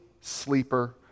sleeper